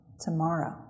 tomorrow